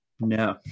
no